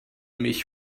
mich